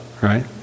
right